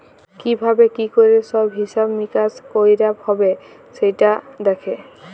কি ভাবে কি ক্যরে সব হিছাব মিকাশ কয়রা হ্যবে সেটা দ্যাখে